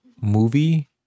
movie